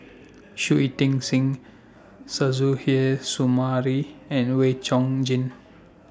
Shui Ting Sing Suzairhe Sumari and Wee Chong Jin